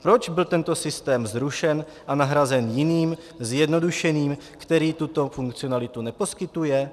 Proč byl tento systém zrušen a nahrazen jiným, zjednodušeným, který tuto funkcionalitu neposkytuje?